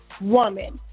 woman